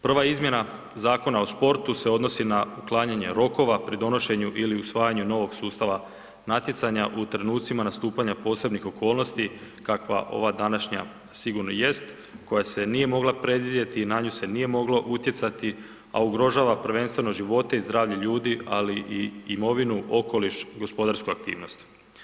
Prva izmjena Zakona o sportu se odnosi na uklanjanje rokova, pridonošenju ili usvajanju novog sustava natjecanja u trenucima nastupanja posebnih okolnosti kakva ova današnja sigurno jest, koja se nije mogla predvidjeti i na nju se nije moglo utjecati, a ugrožava prvenstveno živote i zdravlje ljudi, ali i imovinu, okoliš, gospodarsku aktivnost.